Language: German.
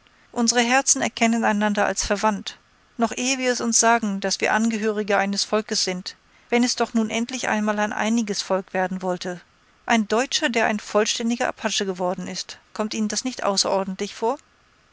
unsere herzen erkennen einander als verwandt noch ehe wir es uns sagen daß wir angehörige eines volkes sind wenn es doch nun endlich einmal ein einiges volk werden wollte ein deutscher der ein vollständiger apache geworden ist kommt ihnen das nicht außerordentlich vor